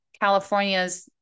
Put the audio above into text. California's